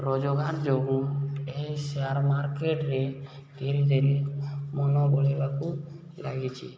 ରୋଜଗାର ଯୋଗୁଁ ଏହି ସେୟାର ମାର୍କେଟରେ ଧୀରେ ଧୀରେ ମନ ବଳେଇବାକୁ ଲାଗିଛି